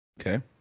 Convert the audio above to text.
Okay